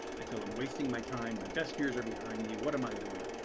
i feel i'm wasting my time. my best years are behind me. what am i doing?